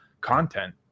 content